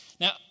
Now